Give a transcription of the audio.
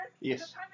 Yes